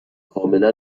کاملا